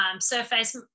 Surface